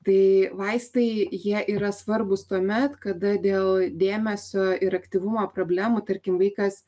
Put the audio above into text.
tai vaistai jie yra svarbūs tuomet kada dėl dėmesio ir aktyvumo problemų tarkim vaikas